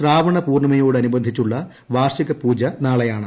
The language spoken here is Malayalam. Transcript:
ശ്രാവണ പൂർണിമയോട് അനുബന്ധിച്ചുള്ള വാർഷിക പൂജ നാളെയാണ്